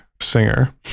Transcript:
singer